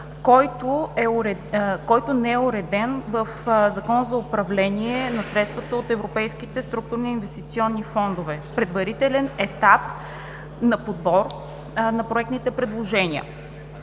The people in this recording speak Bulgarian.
който не е уреден в Закона за управление на средствата от европейските структурни и инвестиционни фондове – предварителен етап на подбор на проектните предложения.